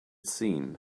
seen